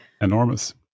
Enormous